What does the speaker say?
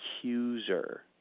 accuser